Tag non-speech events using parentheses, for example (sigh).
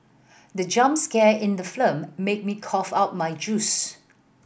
the jump scare in the (unintelligible) made me cough out my juice